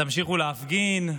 תמשיכו להפגין,